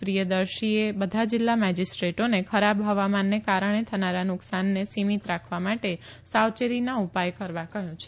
પ્રિયદર્શીએ બધા જિલ્લા મેજિસ્ટ્રેટોને ખરાબ હવામાનને કારણે થનારા નુકસાને સિમિત રાખવા માટે સાવચેતીના ઉપાય કરવા કહ્યું છે